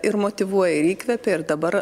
ir motyvuoja ir įkvepia ir dabar